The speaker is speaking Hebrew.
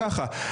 משה, לא כך.